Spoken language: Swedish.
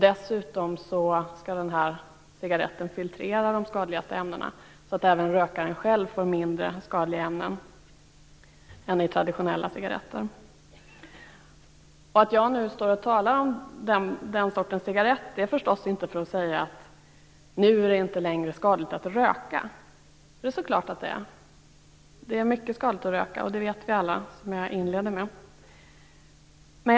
Dessutom skall cigaretten filtrera de skadligaste ämnena så att även rökaren själv får i sig mindre skadliga ämnen än med traditionella cigaretter. Jag talar nu inte om den sortens cigaretter för att säga att det nu inte längre är skadligt att röka. Det är klart att det är. Det är mycket skadligt att röka. Det vet vi alla, som jag inledde med att säga.